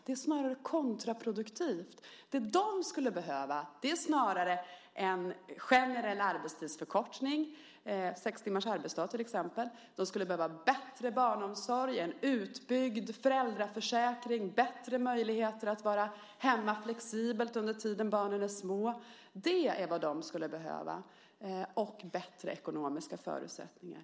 Det är snarare kontraproduktivt. Det som de skulle behöva är snarare en generell arbetstidsförkortning, till exempel sex timmars arbetsdag, bättre barnomsorg, en utbyggd föräldraförsäkring och bättre möjligheter att vara hemma flexibelt under tiden då barnen är små. Det är vad de skulle behöva, och bättre ekonomiska förutsättningar.